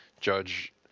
Judge